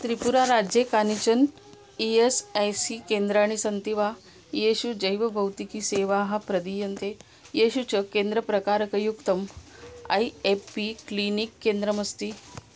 त्रिपुराराज्ये कानिचन E S I C केन्द्राणि सन्ति वा येषु जैवभौतिकीसेवाः प्रदीयन्ते येषु च केन्द्रप्रकारकयुक्तम् ऐ एफ़् पी क्लिनिक् केन्द्रम् अस्ति